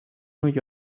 new